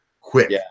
quick